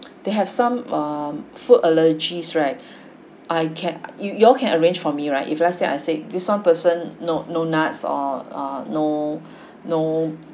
they have some um food allergies right I can you you all can arrange for me right if let's say I say this one person no no nuts or uh ah no no